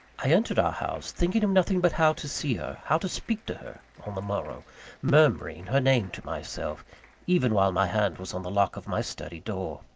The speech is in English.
i entered our house, thinking of nothing but how to see her, how to speak to her, on the morrow murmuring her name to myself even while my hand was on the lock of my study door.